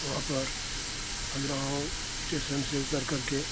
वहाँ पर खजुराहो स्टेसन से उतर करके